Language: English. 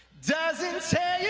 doesn't say yeah